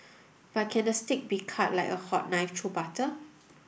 but can the steak be cut like a hot knife through butter